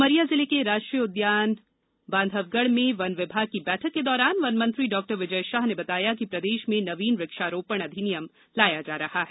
उमरिया जिले के राष्ट्रीय उदयान बांधवगढ़ में वन विभाग की बैठक के दौरान वन मंत्री डाक्टर विजय शाह ने बताया कि प्रदेश में नवीन वक्षारोपण अधिनियम लाया जा रहा है